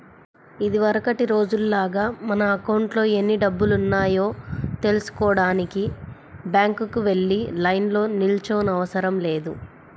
ఇదివరకటి రోజుల్లాగా మన అకౌంట్లో ఎన్ని డబ్బులున్నాయో తెల్సుకోడానికి బ్యాంకుకి వెళ్లి లైన్లో నిల్చోనవసరం లేదు